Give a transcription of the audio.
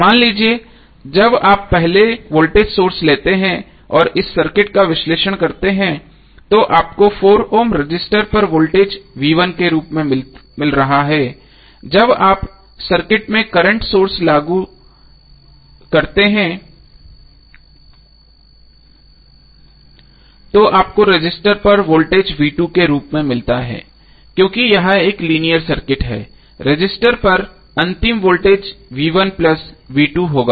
मान लीजिए जब आप पहले वोल्टेज सोर्स लेते हैं और इस सर्किट का विश्लेषण करते हैं तो आपको 4 ओम रजिस्टर पर वोल्टेज के रूप में मिला है जब आप सर्किट में करंट सोर्स लागू करते हैं तो आपको रजिस्टर पर वोल्टेज के रूप में मिलता है क्योंकि यह एक लीनियर सर्किट है रजिस्टर होगा